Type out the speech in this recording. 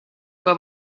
que